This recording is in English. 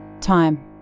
time